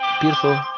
beautiful